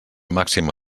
màxima